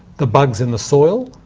the bug's in the soil,